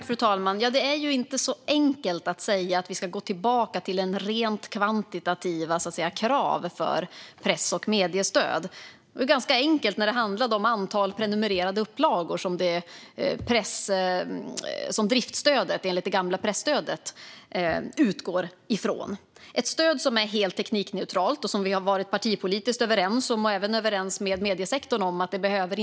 Fru talman! Det är inte så enkelt som att säga att vi ska gå tillbaka till rent kvantitativa, så att säga, krav för press och mediestöd. Det var ganska enkelt när det handlade om antalet prenumererade upplagor, som driftsstödet, enligt det gamla presstödet, utgick från. Vi har varit partipolitiskt överens om att ett stöd som är helt teknikneutralt behöver inrättas - vi har även varit överens med mediesektorn om det.